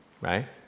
right